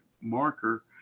marker